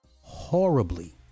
horribly